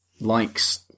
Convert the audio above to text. likes